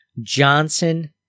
Johnson